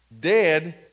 Dead